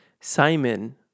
Simon